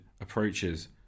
approaches